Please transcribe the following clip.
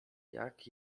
jak